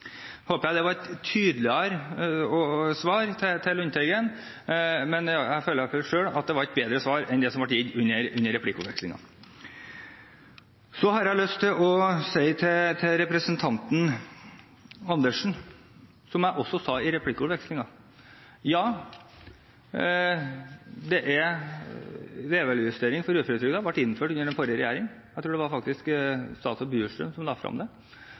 håper det var et tydeligere svar til Lundteigen, men jeg føler iallfall selv at det var et bedre svar enn det som ble gitt under replikkordvekslingen. Så har jeg lyst til å si til representanten Karin Andersen, som jeg også sa i replikkordvekslingen: Levealdersjustering for uføretrygdede ble innført under den forrige regjeringen. Jeg tror faktisk det var statsråd Bjurstrøm som la det